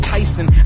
Tyson